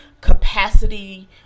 capacity